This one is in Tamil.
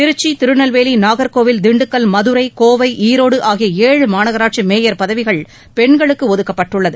திருச்சி திருநெல்வேலி நாகர்கோவில் திண்டுக்கல் மதுரை கோவை ஈரோடு ஆகிய ஏழு மாநகராட்சி மேயர் பதவிகள் பெண்களுக்கு ஒதுக்கப்பட்டுள்ளது